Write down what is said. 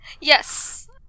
Yes